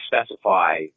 specify